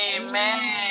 Amen